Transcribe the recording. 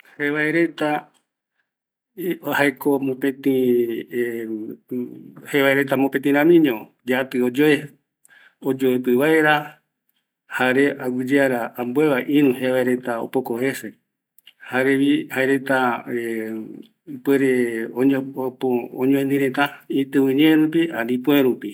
Jevaeta jaeko mopetiramiño, ee moetiramiño yatɨ oyoe, oyoepɨ vaera jare aguiyeara ïru jevae reta opoko jese, jaereta oyokua, oñoeni reta itiviñee rupi, jare ïpue rupi